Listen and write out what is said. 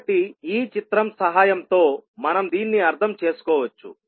కాబట్టి ఈ చిత్రం సహాయంతో మనం దీన్ని అర్థం చేసుకోవచ్చు